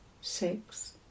six